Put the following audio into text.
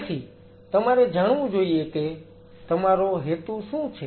તેથી તમારે જાણવું જોઈએ કે તમારો હેતુ શું છે